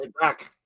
back